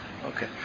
Okay